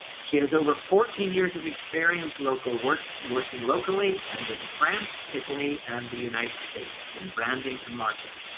she has over fourteen years of experience, local work working locally, and in france, italy and the united states in branding and marketing.